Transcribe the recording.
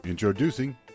Introducing